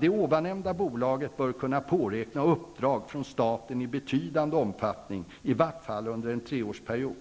Det ovannämnda bolaget bör kunna påräkna uppdrag från staten i betydande omfattning, i vart fall under en treårsperiod.